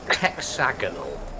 hexagonal